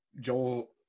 Joel